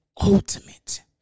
ultimate